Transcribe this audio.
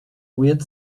wit